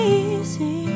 easy